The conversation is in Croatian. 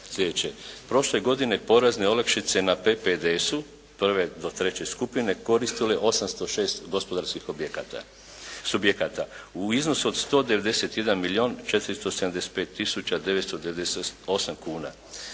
Prošle godine porezne olakšice na PPDS-u prve do treće skupine koristile 806 gospodarskih objekata, subjekata u iznosu od 191 milijun 475 tisuća 998 kuna.